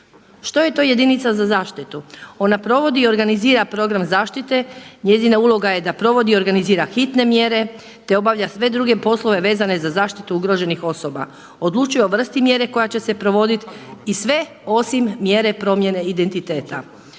Što je to jedinica za zaštitu? Ona provodi i organizira program zaštite, njezina uloga je da provodi i organizira hitne mjere, te obavlja sve druge poslove vezane za zaštitu ugroženih osoba, odlučuje o vrsti mjere koja će se povoditi i sve osim mjere promjene identiteta.